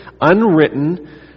unwritten